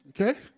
Okay